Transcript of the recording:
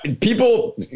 people